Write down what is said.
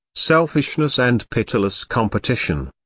selfishness and pitiless competition.